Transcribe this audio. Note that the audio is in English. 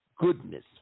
goodness